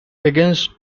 against